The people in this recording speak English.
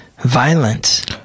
violence